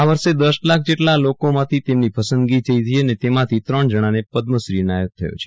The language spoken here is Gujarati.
આ વર્ષે દસ લાખ જેટલા લોકોમાંથી તેમની પસંદગી થઈ છે અને તેમાંથી ત્રણ જણાને પદ્મ શ્રી એનાયત થયો છે